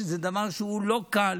וזה דבר שהוא לא קל